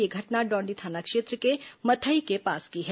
यह घटना डौंडी थाना क्षेत्र के मथई के पास की है